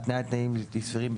התניית תנאים בלתי סבירים,